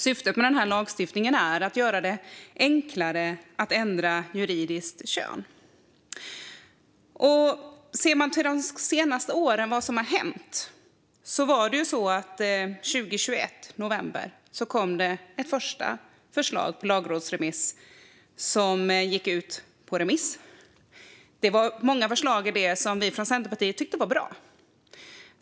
Syftet med lagstiftningen är att göra det enklare att ändra juridiskt kön. Låt oss titta på vad som har hänt de senaste åren. I november 2021 kom ett första förslag till lagrådsremiss som sedan gick ut på remiss. Vi i Centerpartiet tyckte att många av förslagen var bra.